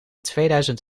tweeduizend